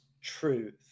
truth